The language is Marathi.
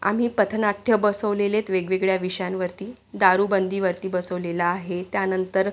आम्ही पथनाट्य बसवलेलेत वेगवेगळ्या विषयांवरती दारूबंदीवरती बसवलेला आहे त्यानंतर